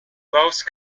lowest